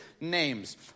names